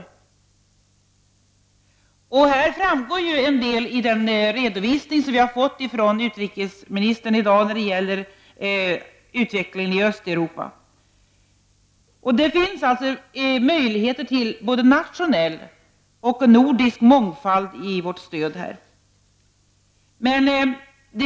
Något av detta framgår i den redovisning som vi i dag har fått från utrikesministern när det gäller utvecklingen i Östeuropa. Det finns alltså möjligheter till både nationell och nordisk mångfald i vårt stöd.